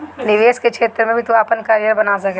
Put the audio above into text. निवेश के क्षेत्र में भी तू आपन करियर बना सकेला